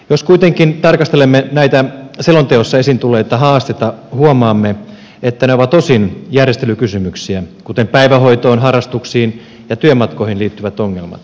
jos kuitenkin tarkastelemme näitä selonteossa esiin tulleita haasteita huomaamme että ne ovat osin järjestelykysymyksiä kuten päivähoitoon harrastuksiin ja työmatkoihin liittyvät ongelmat